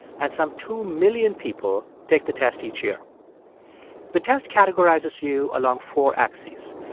and some two million people take the test each year the test categorizes you along four axes.